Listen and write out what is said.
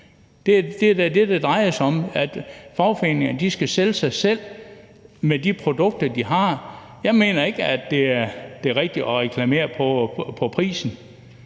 Det er da det, det drejer sig om, altså at fagforeningerne skal sælge sig selv med de produkter, de har. Jeg mener ikke, at det er det rigtige at reklamere for prisen.